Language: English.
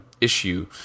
issue